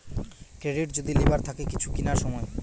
credit যদি লিবার থাকে কিছু কিনার সময়